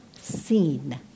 seen